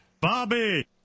Bobby